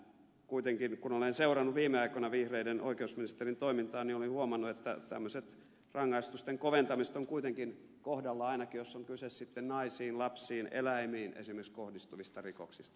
kuitenkin kun olen seurannut viime aikoina vihreiden oikeusministerin toimintaa olen huomannut että tämmöiset rangaistusten koventamiset ovat kuitenkin kohdallaan ainakin jos on kyse sitten esimerkiksi naisiin lapsiin eläimiin kohdistuvista rikoksista